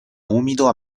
umido